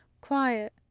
quiet